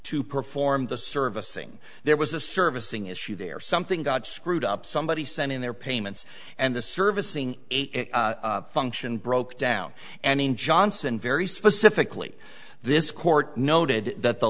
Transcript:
to perform the service saying there was a servicing issue there something got screwed up somebody sent in their payments and the servicing function broke down and in johnson very specifically this court noted that the